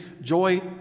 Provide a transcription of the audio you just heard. joy